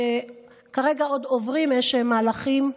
וכרגע עוד עוברים איזשהם מהלכים,